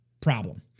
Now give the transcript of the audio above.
problem